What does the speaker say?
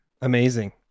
Amazing